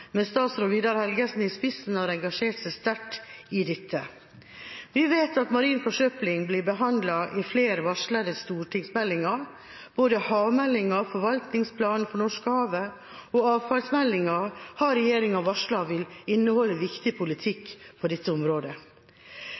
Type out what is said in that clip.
men også gjennom kynisk holdning til miljøet. Jeg er glad for at både mitt eget parti, de fleste i denne salen og også regjeringa med statsråd Vidar Helgesen i spissen har engasjert seg sterkt i dette. Vi vet at marin forsøpling blir behandlet i flere varslede stortingsmeldinger. Både havmeldinga, forvaltningsplanen for